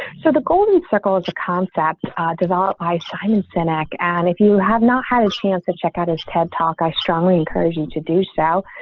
so the golden circle is a concept developed by simon cenac and if you have not had a chance to check out his ted talk, i strongly encourage you to do so.